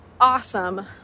awesome